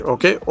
Okay